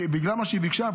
בגלל מה שהיא ביקשה,